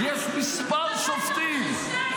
"יש מספר שופטים".